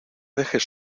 dejes